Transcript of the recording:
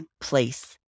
place